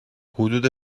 حدود